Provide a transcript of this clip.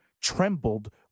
trembled